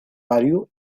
vario